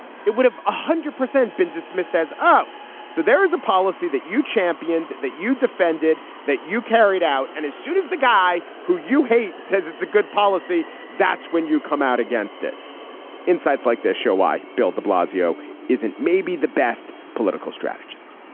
it would have one hundred percent been dismissed as oh so there is a policy that you championed that you defended that you carried out and as soon as the guy who you hate says it's a good policy that's when you come out against it insights like this show why bill de blasio isn't maybe the best political strategist.